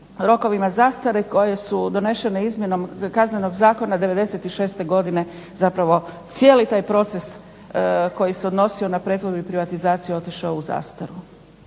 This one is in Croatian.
rokovima zastare koje su donešene izmjenom Kaznenog zakona '96. godine zapravo cijeli taj proces koji se odnosio na pretvorbu i privatizaciju otišao u zastaru,